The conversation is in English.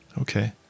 Okay